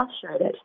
frustrated